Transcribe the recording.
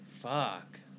fuck